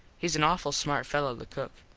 hes an awful smart fello the cook.